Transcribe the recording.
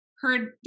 heard